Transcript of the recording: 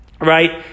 right